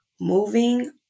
Moving